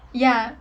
ya